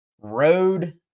road